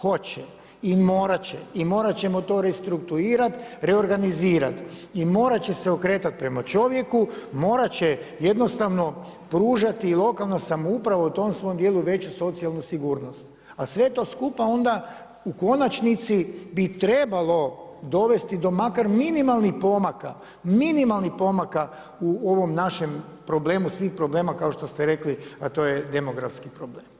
Hoće i morat će i morat ćemo to restrukturirat, reorganizirat i morat će se okretati prema čovjeku, morat će pružati lokalna samouprava u tom svom dijelu veću socijalnu sigurnost. a sve to skupa onda u konačnici bi trebalo dovesti do makar minimalnih pomaka, minimalnih pomaka u ovom našem problemu svih problema kao što ste rekli, a to je demografski problem.